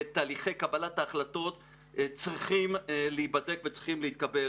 ותהליכי קבלת ההחלטות צריכים להיבדק וצריכים להתקבל.